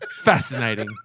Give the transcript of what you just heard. fascinating